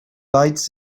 lights